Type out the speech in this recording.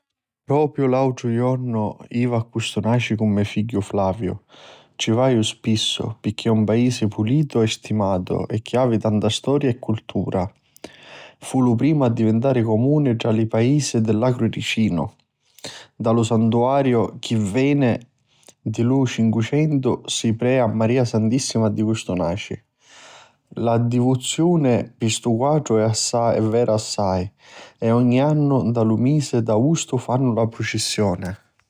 Propriu l'autru jornu jivi a Custunaci cu me figghiu Flaviu, ci vaiu spissu pirchì è un paisi pulitu e sistimatu e havi tanta storia di cuntari. Fu lu primu a divintari Comuni tra tutti li paisi di l'agru ericinu. Nta lu santuariu chi veni di lu cincucentu si preja Maria Santissima di Custunaci. La divuzioni pi stu quatru è veru assai e ogni annu nta lu misi d'àustu fannu la prucissioni.